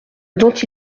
dont